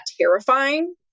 terrifying